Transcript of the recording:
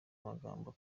amagambo